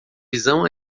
visão